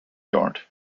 yard